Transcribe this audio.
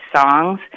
songs